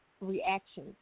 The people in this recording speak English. reaction